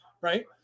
Right